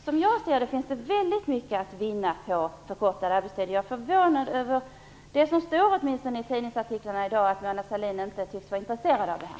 Som jag ser detta finns det alltså väldigt mycket att vinna på förkortad arbetstid. Jag är förvånad över det som står i tidningsartiklar i dag, nämligen att Mona Sahlin inte tycks vara intresserad av det här.